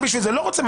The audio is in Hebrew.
לא רוצה.